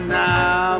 now